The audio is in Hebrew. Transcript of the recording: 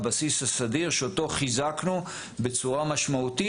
הבסיס הסדיר שאותו חיזקנו בצורה משמעותית,